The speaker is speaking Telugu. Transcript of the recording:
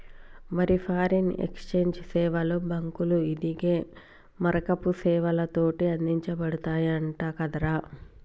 మరి ఫారిన్ ఎక్సేంజ్ సేవలు బాంకులు, ఇదిగే మారకపు సేవలతోటి అందించబడతయంట కదరా